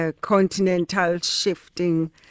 continental-shifting